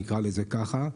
נקרא לזה ככה,